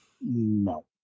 No